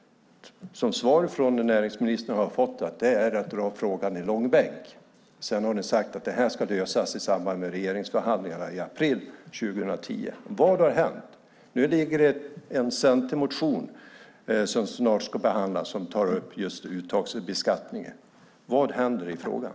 Svaret från näringsministern till mig är att det är att dra frågan i långbänk. Sedan har ni sagt att det här ska lösas i samband med regeringsförhandlingarna i april 2010. Vad har hänt? Nu ligger det en centermotion som snart ska behandlas där just uttagsbeskattningen tas upp. Vad händer i frågan?